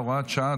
הוראת שעה),